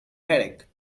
headaches